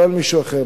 לא על מישהו אחר.